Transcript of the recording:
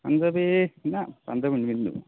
পাঞ্জাৱী না পাঞ্জাৱী নিপিন্ধো